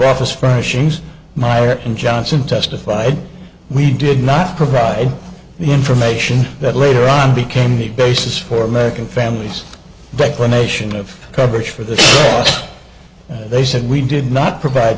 office freshens meyer and johnson testified we did not provide the information that later on became the basis for american families declamation of coverage for the they said we did not provide